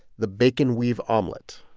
the bacon-weave omelet?